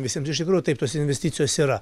visiems iš tikrųjų taip tos investicijos yra